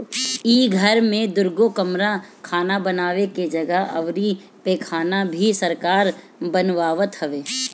इ घर में दुगो कमरा खाना बानवे के जगह अउरी पैखाना भी सरकार बनवावत हवे